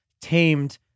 tamed